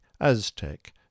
Aztec